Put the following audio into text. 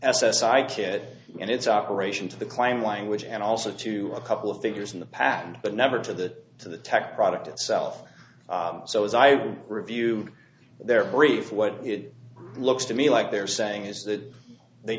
i kid and its operation to the claim language and also to a couple of figures in the past and but never to the to the tech product itself so as i review their brief what it looks to me like they're saying is that they